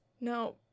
no